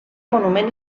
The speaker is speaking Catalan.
monument